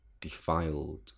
defiled